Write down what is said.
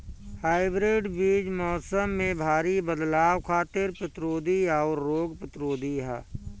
hybrid बीज मौसम में भारी बदलाव खातिर प्रतिरोधी आउर रोग प्रतिरोधी ह